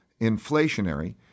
inflationary